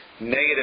negative